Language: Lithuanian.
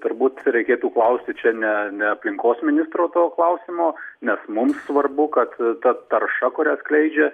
turbūt reikėtų klausti čia ne ne aplinkos ministro to klausimo nes mums svarbu kad ta tarša kurią skleidžia